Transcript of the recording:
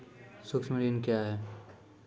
सुक्ष्म ऋण क्या हैं?